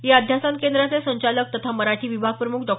या अध्यासन केंद्राचे संचालक तथा मराठी विभागप्रम्ख डॉ